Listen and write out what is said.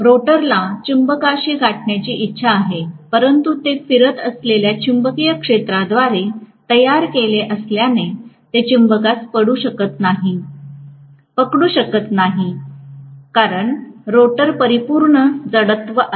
रोटरला चुंबकाशी गाठण्याची इच्छा आहे परंतु ते फिरत असलेल्या चुंबकीय क्षेत्राद्वारे तयार केले असण्याने ते चुंबकास पकडू शकत नाही कारण रोटरला परिपूर्ण जडत्व आहे